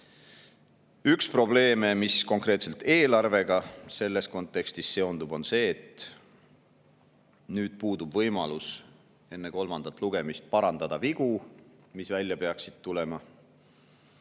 Üks probleem, mis konkreetselt eelarvega selles kontekstis seondub, on see, et nüüd puudub võimalus enne kolmandat lugemist parandada vigu, mis välja peaksid tulema.